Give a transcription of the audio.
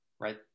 right